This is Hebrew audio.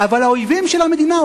אבל האויבים של המדינה,